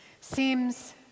seems